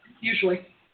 usually